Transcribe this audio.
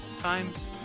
times